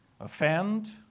offend